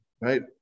right